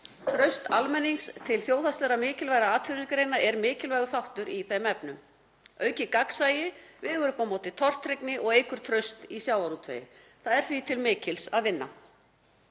Traust almennings til þjóðhagslegra mikilvægra atvinnugreina er mikilvægur þáttur í þeim efnum. Aukið gagnsæi vegur upp á móti tortryggni og eykur traust í sjávarútvegi. Það er því til mikils að vinna.